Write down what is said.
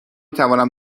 تونم